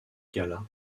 gala